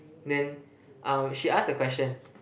then um she asked a question